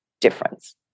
difference